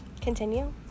Continue